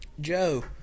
Joe